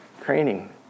craning